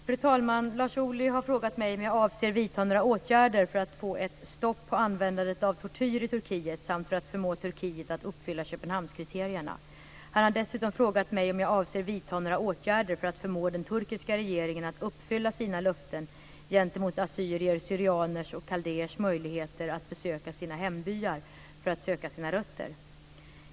Fru talman! Lars Ohly har frågat mig om jag avser att vidta några åtgärder för att få ett stopp på användandet av tortyr i Turkiet samt för att förmå Turkiet att uppfylla Köpenhamnskriterierna. Han har dessutom frågat mig om jag avser att vidta några åtgärder för att förmå den turkiska regeringen att uppfylla sina löften gentemot assyrier/syrianers och kaldéers möjligheter att besöka sina hembyar för att söka sina rötter.